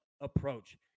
approach